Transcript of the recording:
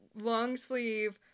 long-sleeve